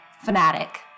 fanatic